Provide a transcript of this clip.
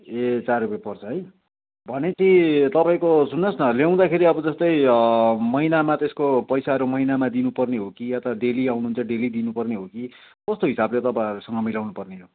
ए चार रुपियाँ पर्छ है भन्योपछि तपाईँको सुन्नुहोस् न ल्याउँदाखेरि अब जस्तै महिनामा त्यसको पैसाहरू महिनामा दिनुपर्ने हो कि या त डेली आउनुहुन्छ डेली दिनुपर्ने हो कि कस्तो हिसाबले तपाईँहरूसँग मिलाउनुपर्ने हो